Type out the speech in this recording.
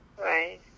Right